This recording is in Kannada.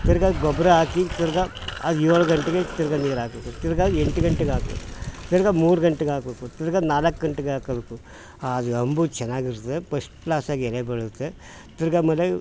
ತಿರ್ಗಿ ಗೊಬ್ಬರ ಹಾಕಿ ತಿರ್ಗಿ ಅದು ಏಳು ಗಂಟೆಗೆ ತಿರ್ಗಿ ನೀರು ಹಾಕ್ಬೇಕು ತಿರ್ಗಿ ಎಂಟು ಗಂಟೆಗೆ ಹಾಕ್ಬೇಕು ತಿರ್ಗಿ ಮೂರು ಗಂಟೆಗೆ ಹಾಕ್ಬೇಕು ತಿರ್ಗಿ ನಾಲ್ಕು ಗಂಟೆಗೆ ಹಾಕಬೇಕು ಆಗ ಅಂಬು ಚೆನ್ನಾಗಿರ್ತದೆ ಪಸ್ಟ್ ಕ್ಲಾಸಾಗಿ ಎಲೆ ಬೀಳುತ್ತೆ ತಿರ್ಗಿ ಆಮೇಲೆ